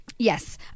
Yes